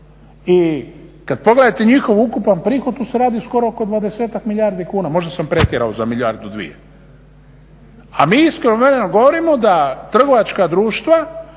i kad pogledate njihov ukupan prihod tu se radi skoro oko 20-tak milijardi kuna. Možda sam pretjerao za milijardu, dvije, a mi iskreno vremeno govorimo da trgovačka društva